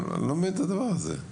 לא מבין את הדבר הזה.